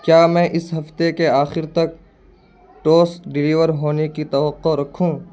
کیا میں اس ہفتے کے آخر تک ٹوسٹ ڈلیور ہونے کی توقع رکھوں